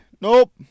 nope